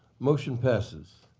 motion passes.